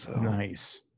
Nice